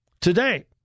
Today